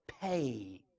pay